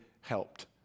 helped